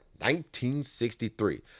1963